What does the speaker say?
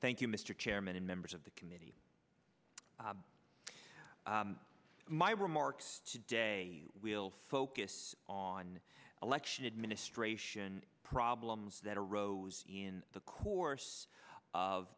thank you mr chairman and members of the committee my remarks today will focus on election administration problems that arose in the course of